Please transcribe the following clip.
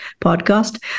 podcast